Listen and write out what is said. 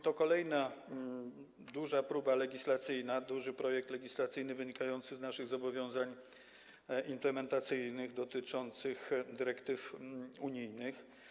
To kolejna duża próba legislacyjna, duży projekt legislacyjny wynikający z naszych zobowiązań implementacyjnych dotyczących dyrektyw unijnych.